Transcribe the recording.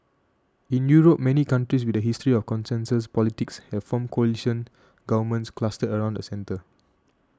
in Europe many countries with a history of consensus politics have formed coalition governments clustered around the centre